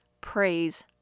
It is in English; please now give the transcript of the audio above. Praise